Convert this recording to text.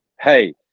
hey